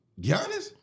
Giannis